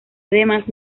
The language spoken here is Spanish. además